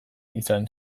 izan